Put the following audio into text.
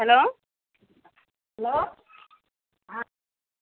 hello hello